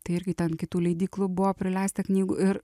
tai irgi ten kitų leidyklų buvo prileista knygų ir